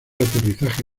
aterrizaje